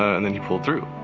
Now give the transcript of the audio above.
and then he pulled through.